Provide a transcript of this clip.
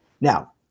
Now